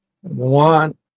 one